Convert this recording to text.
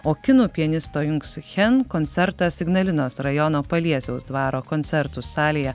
o kinų pianisto jungs chen koncertas ignalinos rajono paliesiaus dvaro koncertų salėje